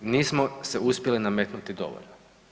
Nismo se uspjeli nametnuti dovoljno.